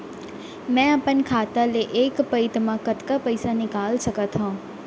मैं अपन खाता ले एक पइत मा कतका पइसा निकाल सकत हव?